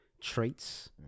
traits